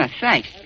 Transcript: thanks